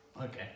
Okay